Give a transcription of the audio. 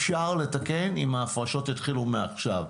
אפשר לתקן אם ההפרשות יתחילו מעכשיו,